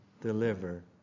deliver